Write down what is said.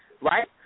right